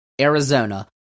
Arizona